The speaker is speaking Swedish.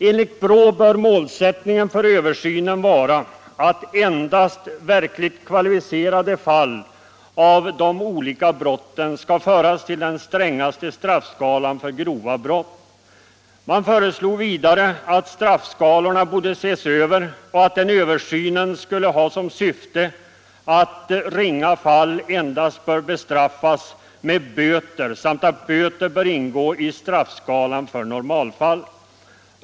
Enligt BRÅ bör målsättningen för översynen vara att endast verkligt kvalificerade fall av de olika brotten skall föras till den strängaste straffskalan för grova brott. Man föreslog vidare att straffskalorna skulle ses över och att den översynen skulle ha som syfte att ringa brottsfall endast bör bestraffas med böter samt att böter bör ingå i straffskalan för normalfallen.